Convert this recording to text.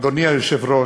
אדוני היושב-ראש,